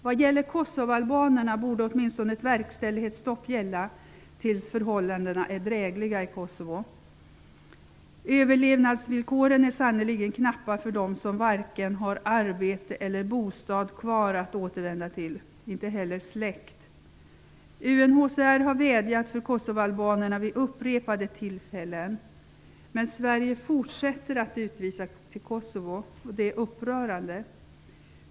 Vad gäller kosovoalbanerna borde åtminstone ett verkställighetsstopp gälla tills förhållandena blir drägliga i Kosovo. Överlevnadsvillkoren är sannerligen knappa för den som varken har arbete eller bostad att återvända till. De kanske inte heller har någon släkt kvar. UNHCR har vädjat för kosovoalbanerna vid upprepade tillfällen, men Sverige fortsätter att utvisa till Kosovo. Det är upprörande.